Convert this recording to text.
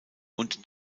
und